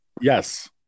Yes